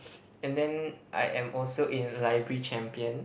and then I am also in library champions